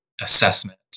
assessment